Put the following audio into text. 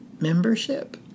membership